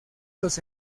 los